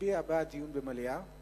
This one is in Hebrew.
מצביע בעד דיון במליאה.